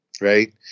right